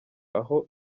aho